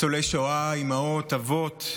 ניצולי שואה, אימהות, אבות,